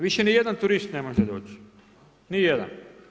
Više ni jedan turist ne može doći, ni jedan.